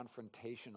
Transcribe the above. confrontational